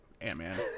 Ant-Man